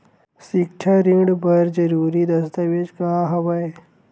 सिक्छा ऋण बर जरूरी दस्तावेज का हवय?